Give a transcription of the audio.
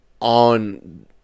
on